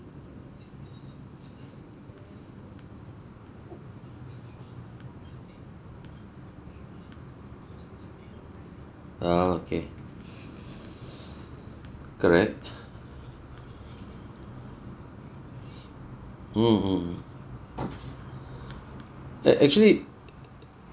ah okay correct mm mm mm a~ actually